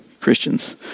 Christians